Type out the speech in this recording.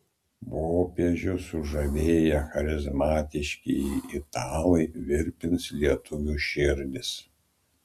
popiežių sužavėję charizmatiškieji italai virpins lietuvių širdis